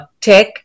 tech